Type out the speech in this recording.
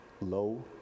low